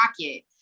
pocket